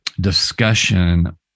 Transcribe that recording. discussion